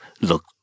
look